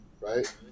right